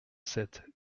sept